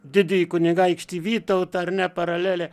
didįjį kunigaikštį vytautą ar ne paralelė